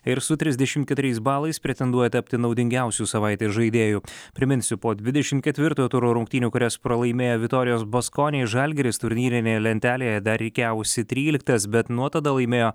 ir su trisdešim keturiais balais pretenduoja tapti naudingiausiu savaitės žaidėju priminsiu po dvidešim ketvirtojo turo rungtynių kurias pralaimėjo vitorijos baskonijai žalgiris turnyrinėje lentelėje dar rikiavosi tryliktas bet nuo tada laimėjo